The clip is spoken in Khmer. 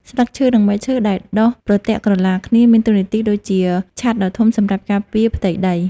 ស្លឹកឈើ និងមែកឈើដែលដុះប្រទាក់ក្រឡាគ្នាមានតួនាទីដូចជាឆត្រដ៏ធំសម្រាប់ការពារផ្ទៃដី។